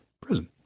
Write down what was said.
prison